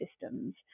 systems